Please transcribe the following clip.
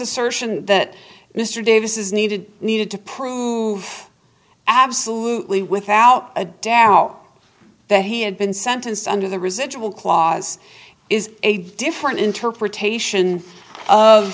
assertion that mr davis is needed needed to prove absolutely without a doubt that he had been sentenced under the residual clause is a different interpretation of